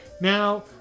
Now